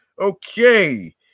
Okay